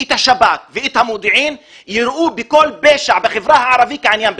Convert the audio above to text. השב"כ והמודיעין יראו בכל פשע בחברה הערבית כעניין ביטחוני.